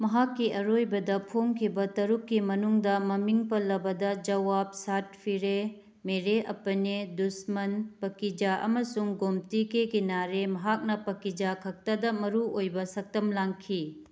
ꯃꯍꯥꯛꯀꯤ ꯑꯔꯣꯏꯕꯗ ꯐꯣꯡꯈꯤꯕ ꯇꯔꯨꯛꯀꯤ ꯃꯅꯨꯡꯗ ꯃꯃꯤꯡ ꯄꯜꯂꯕꯗ ꯖꯋꯥꯕ ꯁꯥꯠ ꯐꯤꯔꯦ ꯃꯦꯔꯦ ꯑꯄꯅꯦ ꯗꯨꯁꯃꯟ ꯄꯀꯤꯖꯥ ꯑꯃꯁꯨꯡ ꯒꯣꯝꯇꯤ ꯀꯦ ꯀꯤꯅꯥꯔꯦ ꯃꯍꯥꯛꯅ ꯄꯀꯤꯖꯥ ꯈꯛꯇꯗ ꯃꯔꯨ ꯑꯣꯏꯕ ꯁꯛꯇꯝ ꯂꯥꯡꯈꯤ